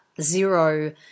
zero